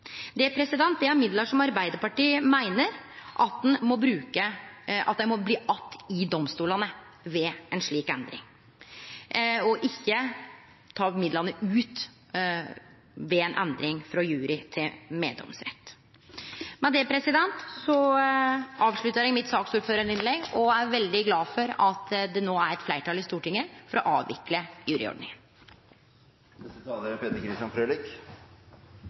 Det er midlar som Arbeidarpartiet meiner må bli att i domstolane ved ei slik endring, ikkje at ein tek midlane ut ved ei endring frå jury til meddomsrett. Med dette avsluttar eg saksordførarinnlegget mitt og er veldig glad for at det no er fleirtal i Stortinget for å avvikle juryordninga. Det har vært pratet lenge, mange år, om å endre juryordningen. Nå skjer det. Det er